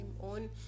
on